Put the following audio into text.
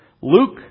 Luke